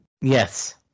Yes